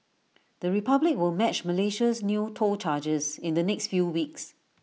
the republic will match Malaysia's new toll charges in the next few weeks